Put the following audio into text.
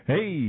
Hey